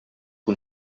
que